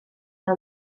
fel